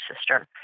sister